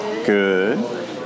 Good